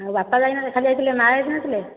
ଆଉ ବାପା ଯାଇଥିଲେ ଖାଲି ଆଉ ମା ଯାଇନଥିଲେ